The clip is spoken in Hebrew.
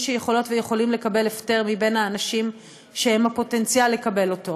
שיכולות ויכולים לקבל הפטר מבין האנשים שהם הפוטנציאל לקבל אותו,